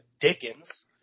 Dickens